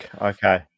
Okay